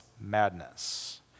madness